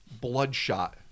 bloodshot